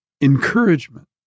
encouragement